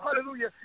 hallelujah